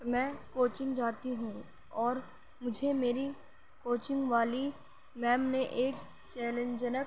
میں کوچنگ جاتی ہوں اور مجھے میری کوچنگ والی میم نے ایک چیلنج جنک